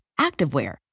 activewear